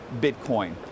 Bitcoin